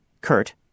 Kurt